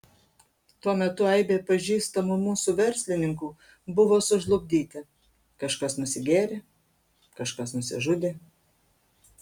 tuo metu aibė pažįstamų mūsų verslininkų buvo sužlugdyti kažkas nusigėrė kažkas nusižudė